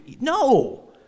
no